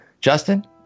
Justin